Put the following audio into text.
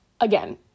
again